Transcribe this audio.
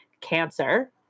cancer